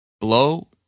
blow